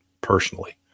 personally